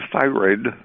thyroid